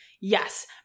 Yes